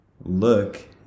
look